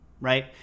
right